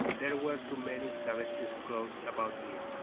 there were too many savages close about me,